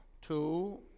two